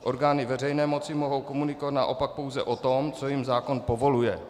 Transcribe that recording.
Orgány veřejné moci mohou komunikovat naopak pouze o tom, co jim zákon povoluje.